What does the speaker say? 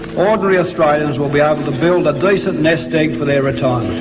ordinary australians will be ah able to build a decent nest-egg for their retirement